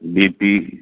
B P